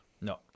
No